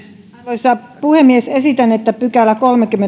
arvoisa puhemies esitän että kolmaskymmenesviides pykälä